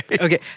Okay